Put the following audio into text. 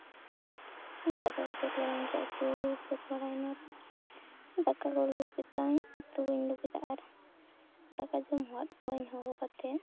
ᱫᱟᱠᱟ ᱠᱚ ᱥᱟᱹᱛ ᱵᱟᱲᱟᱭᱮᱱ ᱠᱷᱟᱡ ᱩᱛᱩ ᱥᱟᱹᱛ ᱵᱟᱲᱟᱭᱮᱱᱟ ᱫᱟᱠᱟ ᱠᱩᱧ ᱞᱩ ᱠᱮᱫᱟ ᱩᱛᱩ ᱠᱩᱧ ᱞᱩ ᱠᱮᱫᱟ ᱟᱨ ᱫᱟᱠᱟ ᱡᱚᱢ ᱦᱚᱦᱚᱣᱟᱫ ᱠᱚᱣᱟᱹᱧ ᱦᱚᱦᱚ ᱠᱟᱛᱮ